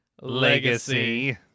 legacy